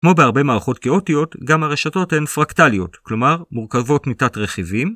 כמו בהרבה מערכות כאוטיות, גם הרשתות הן פרקטליות, כלומר, מורכבות מתת רכיבים.